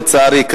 לצערי,